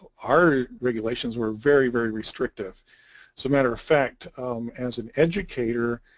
our regulations were very very restrictive so matter-of-fact as an educator